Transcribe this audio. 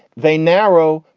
they narrow.